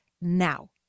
now